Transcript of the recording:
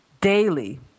daily